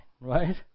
right